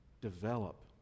develop